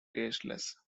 tasteless